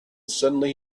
suddenly